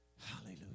Hallelujah